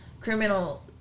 criminal